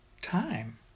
time